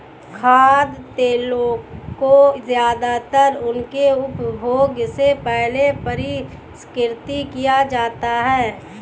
खाद्य तेलों को ज्यादातर उनके उपभोग से पहले परिष्कृत किया जाता है